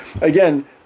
again